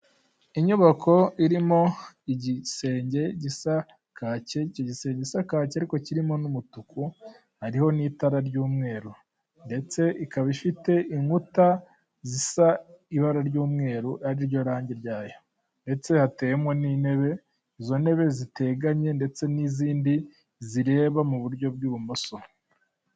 Inyubako irimo igisenge gisa kake icyo gisenge gisa kake ariko kirimo n'umutuku hariho n'itara ry'umweru ndetse ikaba ifite inkuta zisa ibara ry'umweru, ari ryo rangi ryayo ndetse hatewemo n'intebe, izo ntebe ziteganye ndetse n'izindi zireba mu buryo bw'ibumoso.